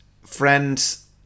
friend's